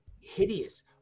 hideous